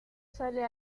sale